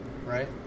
Right